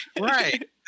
Right